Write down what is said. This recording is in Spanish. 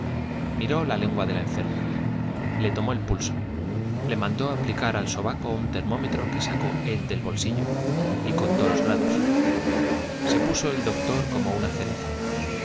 miró la lengua a la enferma le tomó el pulso le mandó aplicar al sobaco un termómetro que sacó él del bolsillo y contó los grados se puso el doctor como una cereza